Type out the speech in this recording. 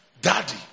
Daddy